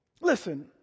listen